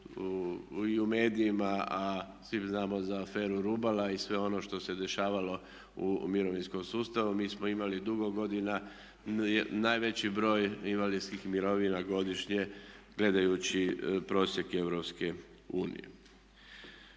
i u medijima, a svi znamo za aferu Rubala i sve ono što se je dešavalo u mirovinskom sustavu. Mi smo imali dugo godina najveći broj invalidskih mirovina godišnje gledajući prosjek EU. S druge